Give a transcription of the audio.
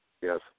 Yes